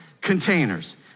Containers